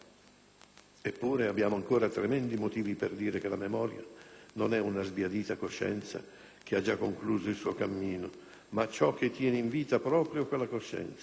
Eppure abbiamo ancora tremendi motivi per dire che la memoria non è una sbiadita coscienza che ha già concluso il suo cammino, ma ciò che tiene in vita proprio quella coscienza;